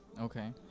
Okay